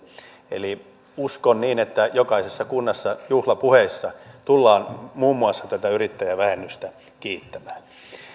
uskon niin että jokaisessa kunnassa juhlapuheissa tullaan muun muassa tätä yrittäjävähennystä kiittämään